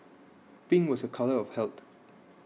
pink was a colour of health